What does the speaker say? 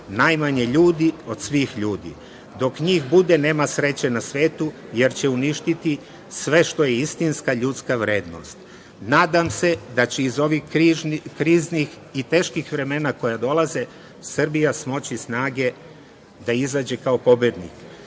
najmanje ljudi od svih ljudi, dok njih bude nema sreće na svetu, jer će uništiti sve što je istinska, ljudska vrednost. Nadam se da će iz ovih kriznih i teških vremena koja dolaze Srbija smoći snage da izađe kao pobednik